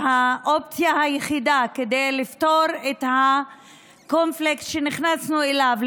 שהאופציה היחידה לפתור את הקומפלקס שנכנסנו אליו,